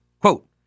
Quote